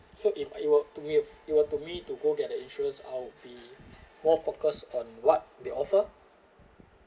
so if it were to you if were to me to go get the insurance I'll be more focused on what they offer